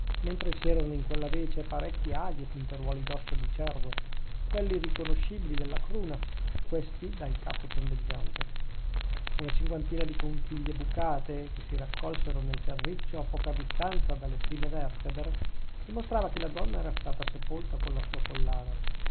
mentre c'erano in quella vece parecchi aghi e punteruoli d'osso di cervo quelli riconoscibili dalla cruna questi dal capo tondeggiante una cinquantina di conchiglie bucate che si raccolsero nel terriccio a poca distanza dalle prime vertebre dimostrava che la donna era stata sepolta con la sua collana